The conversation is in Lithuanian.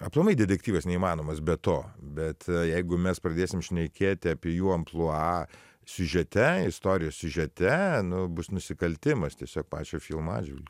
aplamai detektyvas neįmanomas be to bet jeigu mes pradėsim šnekėti apie jų amplua siužete istorijos siužete bus nusikaltimas tiesiog pačio filmo atžvilgiu